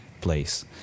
place